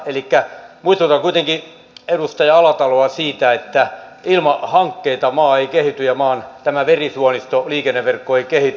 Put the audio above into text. elikkä muistutan kuitenkin edustaja alataloa siitä että ilman hankkeita maa ei kehity ja maan tämä verisuonisto liikenneverkko ei kehity